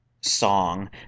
song